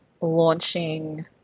launching